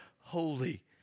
Holy